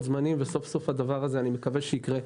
זמנים ואני מקווה שהדבר הזה סוף-סוף יקרה.